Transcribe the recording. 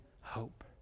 hope